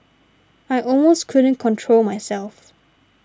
I almost couldn't control myself